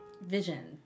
vision